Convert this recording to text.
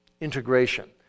Integration